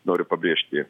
noriu pabrėžti